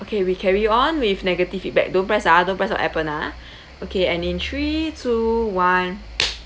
okay we carry on with negative feedback don't press ah don't press on appen ah okay and in three two one